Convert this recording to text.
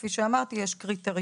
כפי שאמרתי יש קריטריונים,